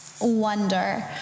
wonder